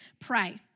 pray